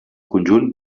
conjunt